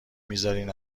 میذارین